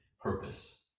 purpose